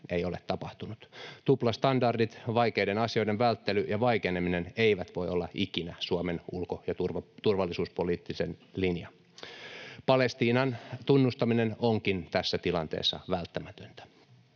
ei ole tapahtunut. Tuplastandardit, vaikeiden asioiden välttely ja vaikeneminen, eivät voi olla ikinä Suomen ulko- ja turvallisuuspoliittinen linja. Palestiinan tunnustaminen onkin tässä tilanteessa välttämätöntä.